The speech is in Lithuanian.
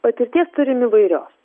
patirties turim įvairios